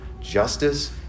justice